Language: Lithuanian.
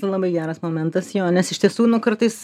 labai geras momentas jo nes iš tiesų nu kartais